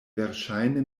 verŝajne